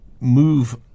move